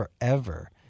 forever